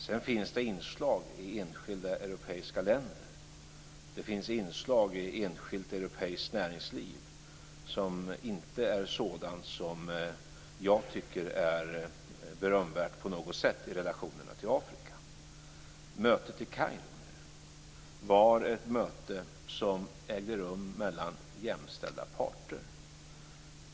Sedan finns det inslag i enskilda europeiska länder, inslag i enskilt europeiskt näringsliv som inte är sådana som jag tycker är berömvärda på något sätt i relationerna till Mötet i Kairo var ett möte som ägde rum mellan jämställda parter.